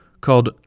called